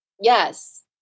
Yes